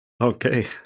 Okay